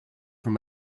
from